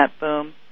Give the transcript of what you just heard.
boom